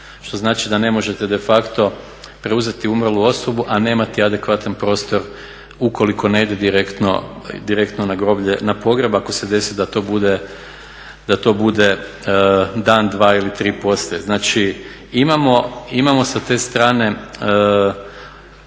što znači da ne možete de facto preuzeti umrlu osobu a nemati adekvatan prostor ukoliko ne ide direktno na groblje na pogreb ako se desi da to bude dan, dva ili tri poslije. Znači imao sa te strane